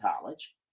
college